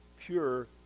pure